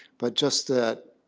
but just that